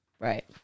Right